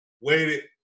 Waited